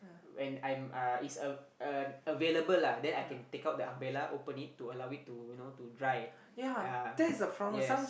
when I'm uh is a a available lah then I can take out the umbrella open it to allow it to you know to dry yea yes